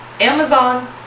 Amazon